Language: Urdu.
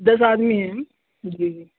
دس آدمی ہیں ہم جی جی